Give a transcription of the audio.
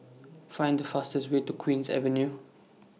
Find The fastest Way to Queen's Avenue